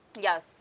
Yes